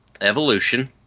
Evolution